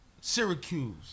Syracuse